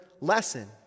lesson